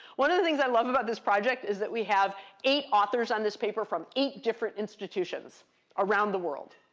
one of the things i love about this project is that we have eight authors on this paper from eight different institutions around the world.